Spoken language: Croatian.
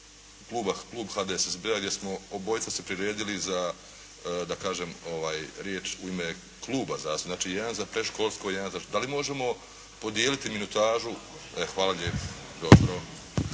kluba HDSSB-a gdje smo obojica se priredili za, da kažem riječ u ime kluba zastupnika. Znači, jedan za predškolsko, jedan za. Da li možemo podijeliti minutažu. E hvala lijepo. Dobro.